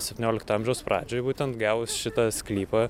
septyniolikto amžiaus pradžioj būtent gavus šitą sklypą